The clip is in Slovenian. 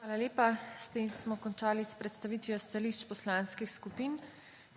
Hvala lepa. S tem smo končali s predstavitvijo stališč poslanskih skupin.